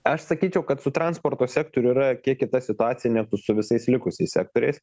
aš sakyčiau kad su transporto sektoriu yra kiek kita situacija negu su visais likusiais sektoriais